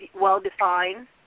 well-defined